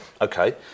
Okay